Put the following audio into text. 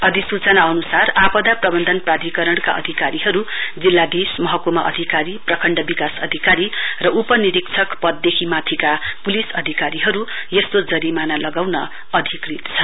अधिसुचना अनुसार आपदा प्रबन्धन प्रधिकरणका अधिकारीहरुजिल्लाधीश महकुमा अधिकारी प्रखण्ड विकास अधिकारी र उप निरीक्षक पददेखि माथिका पुलिस अधिकारीहरु यस्तो जरिमाना लगाउन अधिकृत छन्